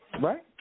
Right